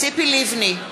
ציפי לבני,